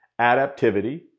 adaptivity